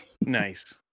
Nice